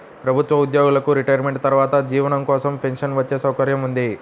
ప్రభుత్వ ఉద్యోగులకు రిటైర్మెంట్ తర్వాత జీవనం కోసం పెన్షన్ వచ్చే సౌకర్యం ఉంది